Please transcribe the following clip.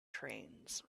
trains